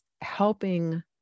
helping